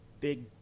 big